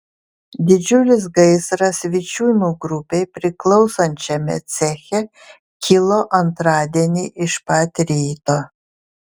didžiulis gaisras vičiūnų grupei priklausančiame ceche kilo antradienį iš pat ryto